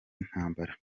intambara